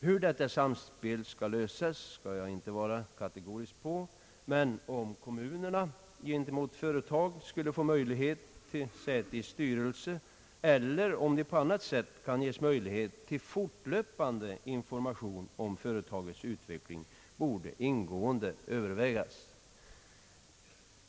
Hur detta samspel skall lösas skall jag inte kategoriskt svara på, men om kommunerna gentemot företagen får säte i styrelsen eller om på annat sätt möjlighet ges dem till fortlöpande informationer om företagens utveckling borde ingående övervägas.